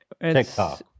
TikTok